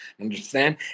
Understand